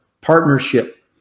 partnership